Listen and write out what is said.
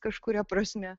kažkuria prasme